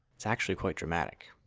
it's actually quite dramatic!